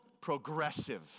progressive